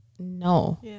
no